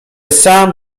sam